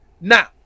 Now